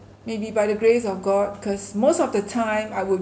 maybe by the grace of god cause most of the time I would